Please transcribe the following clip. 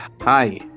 Hi